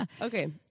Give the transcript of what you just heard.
Okay